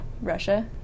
Russia